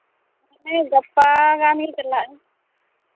ᱦᱮᱸ ᱜᱟᱯᱟ ᱜᱟᱱᱤᱧ ᱪᱟᱞᱟᱜᱼᱟ